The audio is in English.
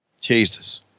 Jesus